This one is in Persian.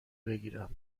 بگیرم